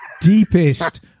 deepest